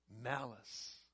malice